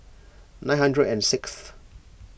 nine hundred and sixth